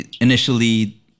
initially